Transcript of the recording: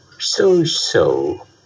So-so